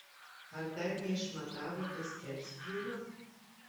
ar dar neišmatavote skerspjūvio